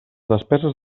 despeses